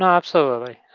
and absolutely.